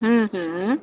ହୁଁ ହୁଁ ହୁଁ